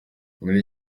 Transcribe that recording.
muri